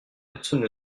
personne